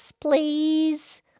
please